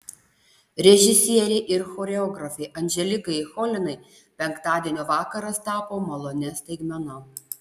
režisierei ir choreografei anželikai cholinai penktadienio vakaras tapo malonia staigmena